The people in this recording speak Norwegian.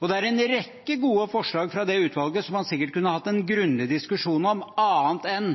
Det er en rekke gode forslag fra det utvalget som man sikkert kunne hatt en grundig diskusjon om, annet enn